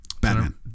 Batman